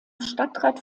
stadtrat